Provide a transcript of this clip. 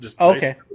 Okay